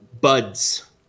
buds